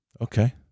Okay